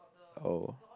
oh